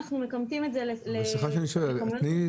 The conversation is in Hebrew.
תני לי